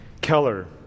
Keller